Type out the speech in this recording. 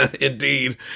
Indeed